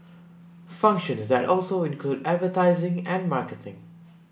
functions that also include advertising and marketing